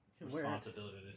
responsibility